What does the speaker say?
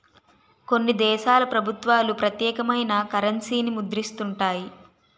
కొన్ని దేశాల ప్రభుత్వాలు ప్రత్యేకమైన కరెన్సీని ముద్రిస్తుంటాయి